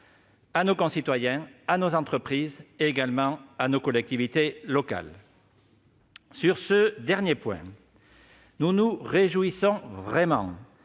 à nos concitoyens, à nos entreprises, mais aussi à nos collectivités locales. Sur ce dernier point, nous nous réjouissons vraiment